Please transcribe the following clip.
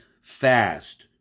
fast